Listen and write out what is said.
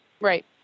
Right